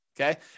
Okay